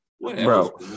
bro